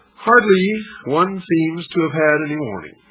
hardly one seems to have had any warning.